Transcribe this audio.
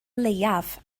leiaf